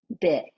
big